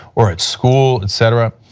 or at school, etc.